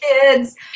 kids